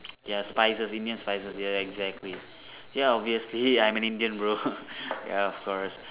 ya spices Indian spices ya exactly ya obviously ya I'm an Indian bro ya of course